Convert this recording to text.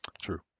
True